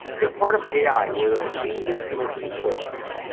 the part of ai where the machine gets to make some choices,